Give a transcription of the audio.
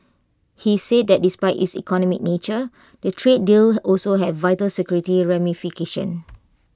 he said that despite its economic nature the trade deal also have vital security ramifications